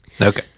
Okay